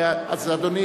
אז, אדוני,